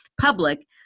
public